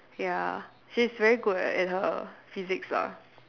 ya she's very good at her her physiques lah